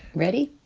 ready?